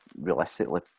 realistically